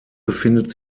befindet